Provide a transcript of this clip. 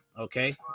Okay